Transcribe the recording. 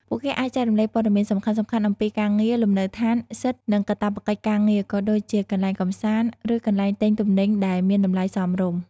ពួកគេអាចចែករំលែកព័ត៌មានសំខាន់ៗអំពី ការងារ លំនៅឋាន សិទ្ធិ និងកាតព្វកិច្ចការងារ ក៏ដូចជាកន្លែងកម្សាន្ត ឬកន្លែងទិញទំនិញដែលមានតម្លៃសមរម្យ ។